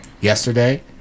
yesterday